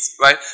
Right